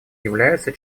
является